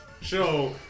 show